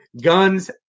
guns